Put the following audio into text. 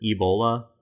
Ebola